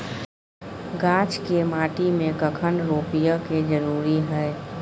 गाछ के माटी में कखन रोपय के जरुरी हय?